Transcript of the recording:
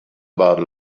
about